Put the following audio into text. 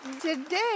Today